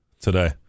today